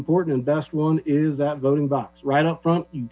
important and best one is that voting blocks right up front you